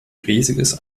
riesiges